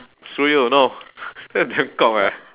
screw you no that is damn eh